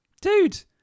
Dude